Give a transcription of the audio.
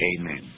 Amen